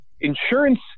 insurance